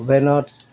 অ'ভেনত